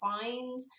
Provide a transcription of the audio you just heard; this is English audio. find